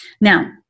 now